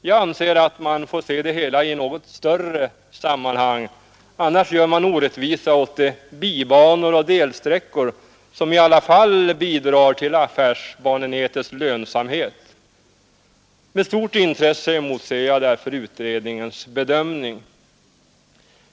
Jag anser att man får se det hela i något större sammanhang, annars begår man en orättvisa mot de bibanor och delsträckor som i alla fall bidrar till affärsbanenätets lönsamhet. Med stort intresse emotser jag därför utredningens bedömning.